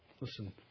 Listen